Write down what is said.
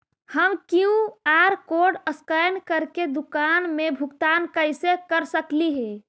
हम QR code scan करके दुकान में भुगतान कैसे कर सकली हे?